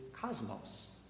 cosmos